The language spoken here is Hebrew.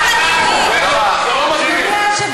חבר הכנסת ביטן, אני מבקש.